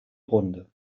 runde